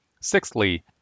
Sixthly